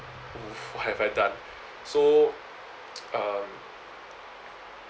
what have I done so um